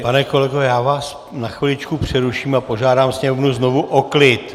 Pane kolego, já vás na chviličku přeruším a požádám sněmovnu znovu o klid!